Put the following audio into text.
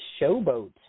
Showboat